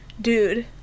dude